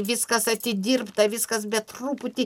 viskas atidirbta viskas bet truputį